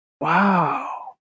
wow